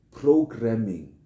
programming